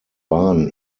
bahn